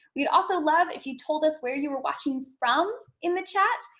we'd also love if you told us where you were watching from in the chat,